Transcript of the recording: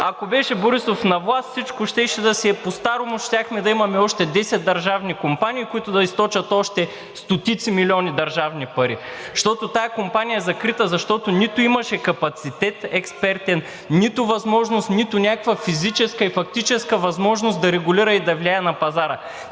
Ако беше Борисов на власт, всичко щеше да си е постарому, щяхме да имаме още 10 държавни компании, които да източат още стотици милиони държавни пари. Тази компания е закрита, защото нито имаше експертен капацитет, нито някаква физическа и фактическа възможност да регулира и да влияе на пазара.